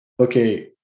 okay